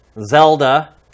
Zelda